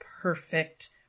perfect